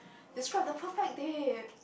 describe the perfect date